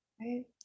Right